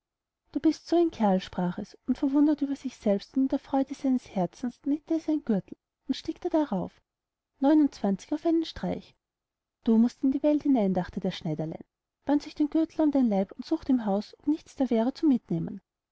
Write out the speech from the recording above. du so ein kerl sprach es und verwundert sich über sich selbst und in der freude seines herzens nähte es sich einen gürtel und stickte darauf auf einen streich du mußt in die welt hinein dacht das schneiderlein band sich den gürtel um den leib und sucht im haus ob nichts da wär zum mitnehmen